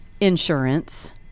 insurance